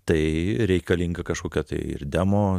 tai reikalinga kažkokia tai ir demo